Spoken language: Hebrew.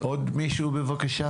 עוד מישהו בבקשה?